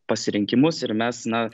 pasirinkimus ir mes na